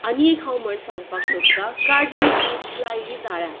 आनी एक म्हण हांव सांगूक सोदतां काडली जीब लायली ताळ्याक